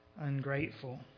ungrateful